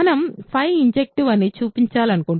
మనం ఇన్జెక్టివ్ అని చూపించాలనుకుంటున్నాము